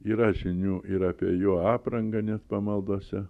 yra žinių ir apie jo aprangą nes pamaldose